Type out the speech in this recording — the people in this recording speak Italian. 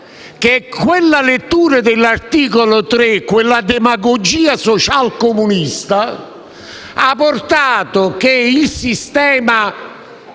che quella lettura dell'articolo 3, quella demagogia socialcomunista, ha portato il sistema